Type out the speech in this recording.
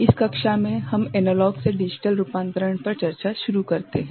इस कक्षा में हम एनालॉग से डिजिटल रूपांतरण पर चर्चा शुरू करते हैं